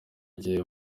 gihe